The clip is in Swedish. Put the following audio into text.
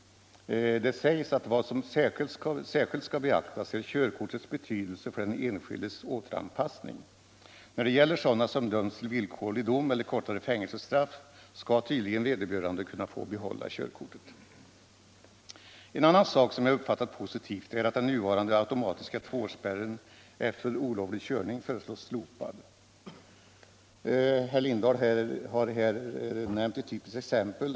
Det sägs nämligen att vad som särskilt skall beaktas är körkortets betydelse för den enskildes återanpassning. Sådana som dömts till villkorlig dom eller kortare fängelsestraff skall tydligen kunna få behålla körkortet. En annan sak som jag uppfattat positivt är att den nuvarande automatiska tvåårsspärren efter olovlig körning föreslås slopad. Herr Lindahl har här nämnt ett typiskt exempel.